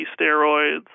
steroids